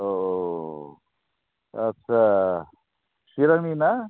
औ औ आथसा चिरांनि ना